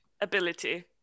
ability